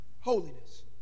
Holiness